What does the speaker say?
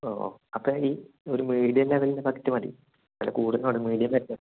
ഓ ഓ അപ്പം ഈ ഒരു മീഡിയം ലെവലിൻ്റെ ഒരു ബക്കറ്റ് മതി വില കൂടുതലാണ് മീഡിയം വേണ്ടേ